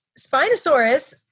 Spinosaurus